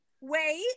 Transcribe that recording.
wait